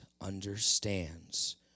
understands